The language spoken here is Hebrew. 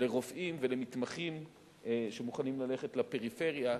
לרופאים ולמתמחים שמוכנים ללכת לפריפריה,